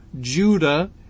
Judah